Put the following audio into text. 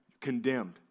Condemned